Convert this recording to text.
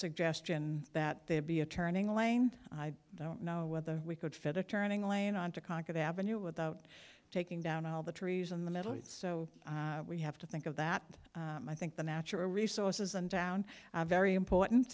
suggestion that there be a turning lane i don't know whether we could fit a turning lane on to conquer the avenue without taking down all the trees in the middle east so we have to think of that i think the natural resources and down very important